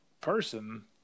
person